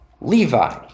Levi